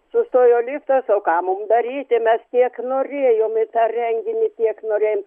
sustojo liftas o ką mum daryti mes tiek norėjom tą renginį tiek norėjom